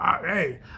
Hey